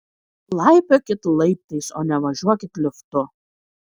laipiokit laiptais o ne važiuokit liftu